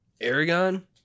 Aragon